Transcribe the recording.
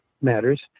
matters